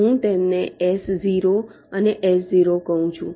હું તેમને S0 અને S0 કહું છું